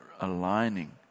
aligning